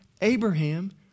Abraham